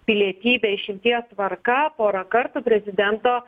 pilietybę išimties tvarka porą kartų prezidento